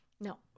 No